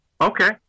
Okay